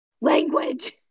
Language